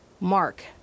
Mark